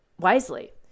wisely